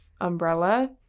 umbrella